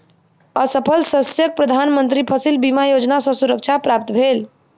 असफल शस्यक प्रधान मंत्री फसिल बीमा योजना सॅ सुरक्षा प्राप्त भेल